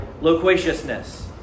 loquaciousness